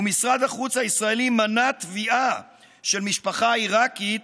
ומשרד החוץ הישראלי מנע תביעה של משפחה עיראקית